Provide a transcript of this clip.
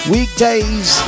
Weekdays